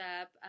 up